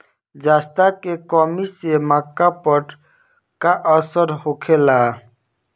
जस्ता के कमी से मक्का पर का असर होखेला?